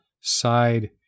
side